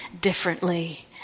differently